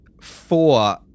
four